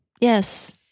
yes